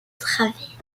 travées